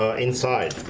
ah inside,